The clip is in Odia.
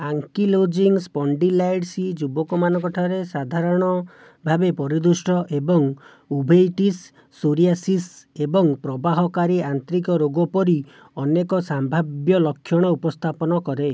ଆଙ୍କିଲୋଜିଙ୍ଗ୍ ସ୍ପଣ୍ଡିଲାଇଟିସ୍ ଯୁବକମାନଙ୍କ ଠାରେ ସାଧାରଣ ଭାବେ ପରିଦୃଷ୍ଟ ଏବଂ ଉଭେଇଟିସ୍ ସୋରିଆସିସ୍ ଏବଂ ପ୍ରବାହକାରୀ ଆନ୍ତ୍ରିକ ରୋଗ ପରି ଅନେକ ସାମ୍ଭାବ୍ୟ ଲକ୍ଷଣ ଉପସ୍ଥାପନ କରେ